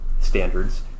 standards